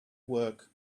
work